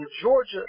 Georgia